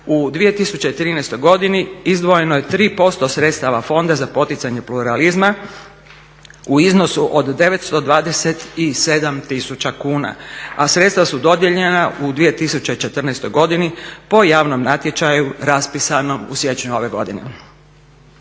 u 2013.godini izdvojeno je 3% sredstava Fonda za poticanje pluralizma u iznosu od 927 tisuća kuna, a sredstva su dodijeljena u 2014.godini po javnom natječaju raspisanom u siječnju ove godine.